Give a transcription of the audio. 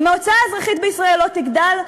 אם ההוצאה האזרחית בישראל לא תגדל,